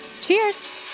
cheers